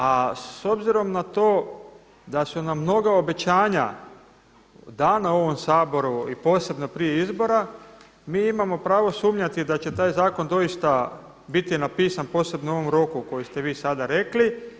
A s obzirom na to da su nam mnoga obećanja dana u ovom Saboru i posebno prije izbora mi imamo pravo sumnjati da će taj zakon doista biti napisan posebno u ovom roku koji ste vi sada rekli.